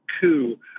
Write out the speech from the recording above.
coup